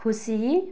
खुसी